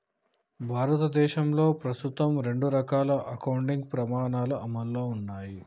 భారతదేశంలో ప్రస్తుతం రెండు రకాల అకౌంటింగ్ ప్రమాణాలు అమల్లో ఉన్నయ్